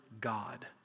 God